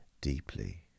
deeply